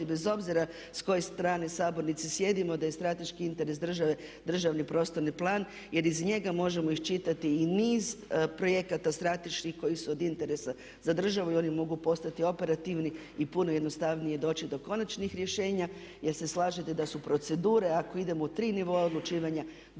bez obzira s koje strane sabornice sjedimo da je strateški interes države državni prostorni plan jer iz njega možemo iščitati i niz projekata strateških koji su od interesa za državu i oni mogu postati operativni i puno je jednostavnije doći do konačnih rješenja, jer se slažete da su procedure ako idemo u tri nivoa odlučivanja